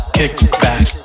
kickback